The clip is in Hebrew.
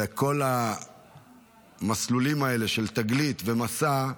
וכל המסלולים האלה של תגלית ומסע,